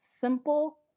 simple